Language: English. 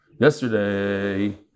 Yesterday